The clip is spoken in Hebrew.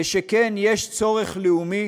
ושכן, יש צורך לאומי